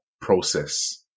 process